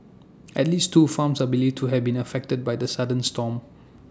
at least two farms are believed to have been affected by the sudden storm